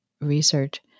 research